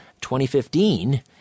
2015